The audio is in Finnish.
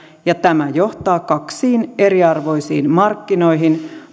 ja tämä johtaa kaksiin eriarvoisiin markkinoihin